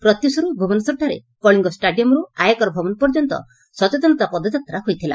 ପ୍ରତ୍ୟୁଷରୁ ଭୁବନେଶ୍ୱରଠାରେ କଳିଙ୍ଗ ଷ୍ଟାଡିୟମ୍ରୁ ଆୟକର ଭବନ ପର୍ଯ୍ୟନ୍ତ ସଚେତନତା ପଦଯାତ୍ରା ହୋଇଥିଲା